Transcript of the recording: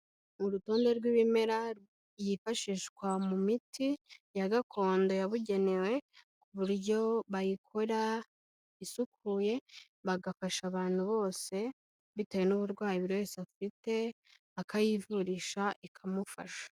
Ni urutonde rw'ibimera yifashishwa mu miti ya gakondo yabugenewe ku buryo bayikora isukuye bagafasha abantu bose bitewe n'uburwayi buri wese afite akayivurisha ikamufasha.